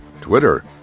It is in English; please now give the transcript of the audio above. Twitter